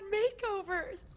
makeovers